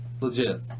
legit